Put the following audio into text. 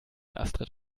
astrid